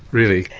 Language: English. really.